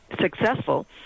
successful